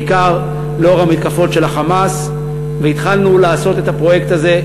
בעיקר לנוכח המתקפות של ה"חמאס"; התחלנו לעשות את הפרויקט הזה,